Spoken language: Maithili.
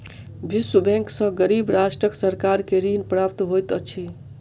विश्व बैंक सॅ गरीब राष्ट्रक सरकार के ऋण प्राप्त होइत अछि